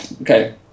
Okay